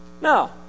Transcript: No